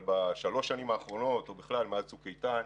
אבל בשלוש השנים האחרונות, ובכלל מאז צוק איתן,